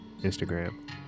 Instagram